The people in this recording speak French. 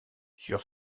sur